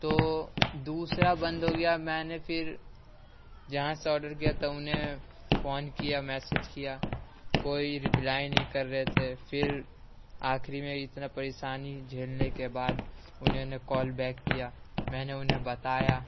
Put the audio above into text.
تو دوسرا بند ہوگیا میں نے پھر جہاں سے آرڈر کیا تھا انہیں فون کیا میسیج کیا کوئی رپلائی نہیں کر رہے تھے پھر آخری میں اتنا پریشانی جھیلنے کے بعد انہوں نے کال بیک کیا میں نے انہیں بتایا